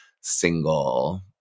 single